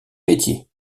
métiers